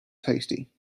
tasty